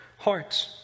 Hearts